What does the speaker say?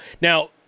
now